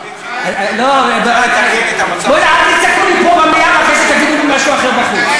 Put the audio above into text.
אל תצעקו לי פה במליאה ואחרי זה תגידו לי משהו אחר בחוץ,